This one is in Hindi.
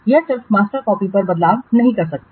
वह सिर्फ मास्टर कॉपी पर बदलाव नहीं कर सकता